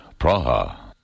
Praha